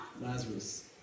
Lazarus